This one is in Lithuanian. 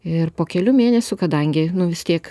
ir po kelių mėnesių kadangi vis tiek